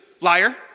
Liar